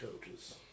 coaches